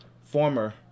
former